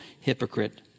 hypocrite